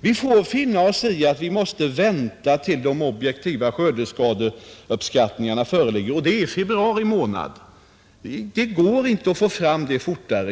Vi får finna oss i att vänta tills de objektiva skördeskadeuppskattningarna föreligger, och det är i februari månad, Det går inte att få fram det materialet fortare.